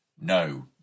No